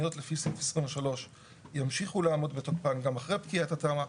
תכניות לפי סעיף 23 ימשיכו לעמוד בתוקפן גם אחרי פקיעת התמ"א,